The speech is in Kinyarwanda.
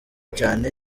cyane